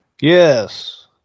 Yes